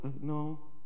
no